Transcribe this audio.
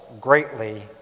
greatly